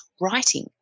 writing